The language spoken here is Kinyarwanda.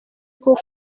coup